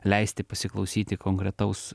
leisti pasiklausyti konkretaus